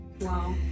wow